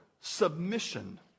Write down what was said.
Submission